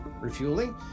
refueling